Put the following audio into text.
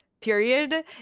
period